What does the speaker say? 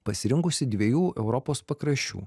pasirinkusi dviejų europos pakraščių